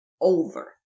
over